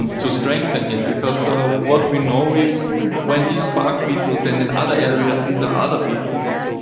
and to strengthen him. because so what we know is when these bark beetles and in other areas, these are other beetles,